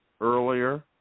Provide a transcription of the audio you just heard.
earlier